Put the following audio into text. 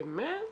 באמת?